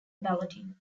balloting